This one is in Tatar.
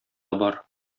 бар